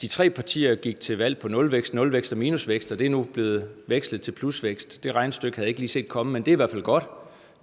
de tre partier gik til valg på henholdsvis nulvækst, nulvækst og minusvækst, og at det nu er blevet vekslet til plusvækst. Det regnestykke havde jeg ikke lige set komme, men det er i hvert fald godt;